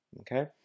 Okay